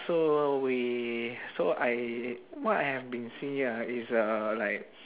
so we so I what I have been see uh is uh like